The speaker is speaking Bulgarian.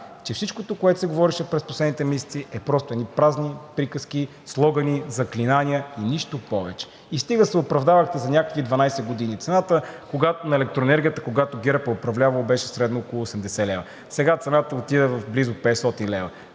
че всичкото, което се говореше през последните месеци, е просто едни празни приказки, слогани, заклинания и нищо повече. И стига се оправдавахте за някакви 12 години. Цената на електроенергията, когато ГЕРБ е управлявал, беше средно около 80 лв. Сега цената отива към близо 500 лв.